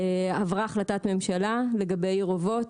עברה החלטת ממשלה לגבי עיר אובות.